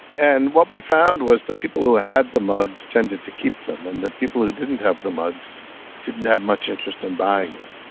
and what we found was the people who ah had the mugs tended to keep them, and the people who didn't have the mugs didn't have much interest in buying them.